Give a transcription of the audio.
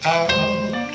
out